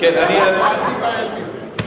אז אל תיבהל מזה.